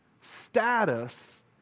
status